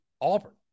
Auburn